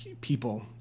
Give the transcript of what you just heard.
people